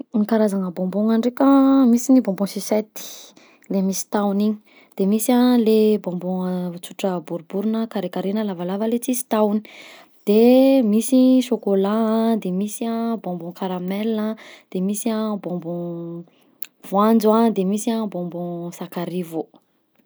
Karazana bonbon a ndraika: misy ny bonbon sucette, le misy tahony igny, de misy an le bonbon a tsotra boribory na carré carré na le lavalava le tsisy tahony, de misy chocolat an de misy an bonbon caramel an de misy an bonbon voanjo a, de misy a bonbon sakarivo.